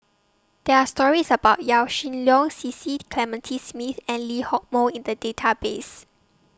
There Are stories about Yaw Shin Leong Cecil Clementi Smith and Lee Hock Moh in The Database